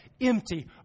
empty